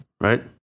right